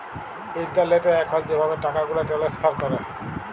ইলটারলেটে এখল যেভাবে টাকাগুলা টেলেস্ফার ক্যরে